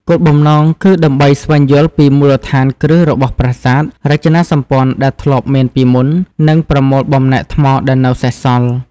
គោលបំណងគឺដើម្បីស្វែងយល់ពីមូលដ្ឋានគ្រឹះរបស់ប្រាសាទ រចនាសម្ព័ន្ធដែលធ្លាប់មានពីមុន និងប្រមូលបំណែកថ្មដែលនៅសេសសល់។